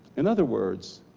in other words,